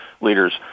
leaders